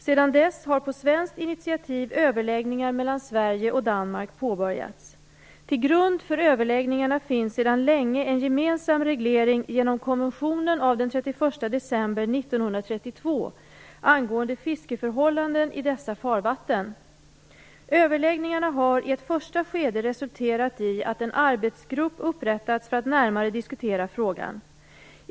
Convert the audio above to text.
Sedan dess har på svenskt initiativ överläggningar mellan Sverige och Danmark påbörjats. Till grund för överläggningarna finns sedan länge en gemensam reglering genom konventionen av den 31 december 1932 angående fiskeförhållanden i dessa farvatten. Överläggningarna har i ett första skede resulterat i att en arbetsgrupp upprättats för att närmare diskutera frågan.